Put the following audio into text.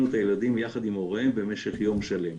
את הילדים יחד עם הוריהם במשך יום שלם.